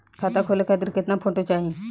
खाता खोले खातिर केतना फोटो चाहीं?